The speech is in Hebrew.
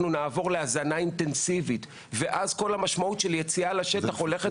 נעבור להזנה אינטנסיבית וכל המשמעות של יציאה לשטח הולכת.